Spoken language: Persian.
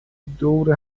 دور